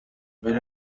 mbere